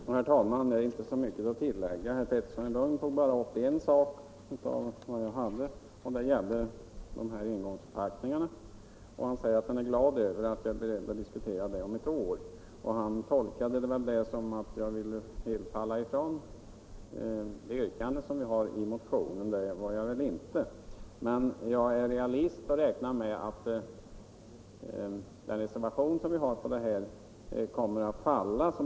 Herr talman! Jag har inte så mycket att tillägga — herr Pettersson i Lund tog bara upp en av de frågor jag berörde, nämligen engångsförpackningarna. Han var glad över att jag är beredd att diskutera den frågan om ett år. Tydligen tolkade han det som att jag ville gå ifrån det yrkande som jag har i motionen. Det vill jag givetvis inte, men jag är realist och räknar med att den reservation som vi har på den här punkten kommer att falla.